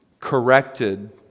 corrected